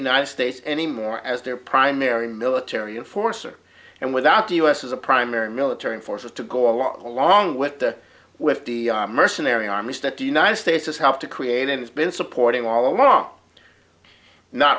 united states anymore as their primary military a force or and without the u s as a primary military forces to go along along with the with the mercenary armies that the united states has helped to create and it's been supporting all along not